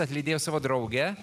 atlydėjo savo draugę